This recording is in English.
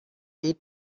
eat